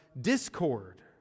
discord